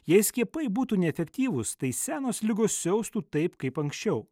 jei skiepai būtų neefektyvūs tai senos ligos siaustų taip kaip anksčiau